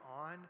on